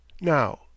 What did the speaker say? now